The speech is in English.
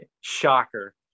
Shocker